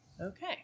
Okay